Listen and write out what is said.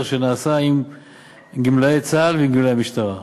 שנעשה עם גמלאי צה"ל וגמלאי המשטרה.